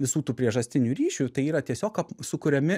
visų tų priežastinių ryšių tai yra tiesiog ap sukuriami